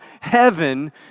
heaven